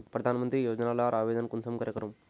प्रधानमंत्री योजना लार आवेदन कुंसम करे करूम?